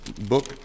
book